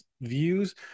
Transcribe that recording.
views